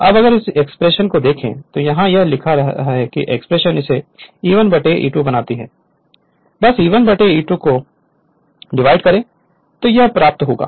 अब अगर इस एक्सप्रेशन को देखें तो यहाँ यह लिखा है कि यह एक्सप्रेशन इसे E1 E2 बनाती है बस E1 E2 को डिवाइड करें तो यह इस प्रकार होगा